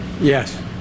Yes